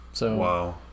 Wow